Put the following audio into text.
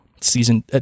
season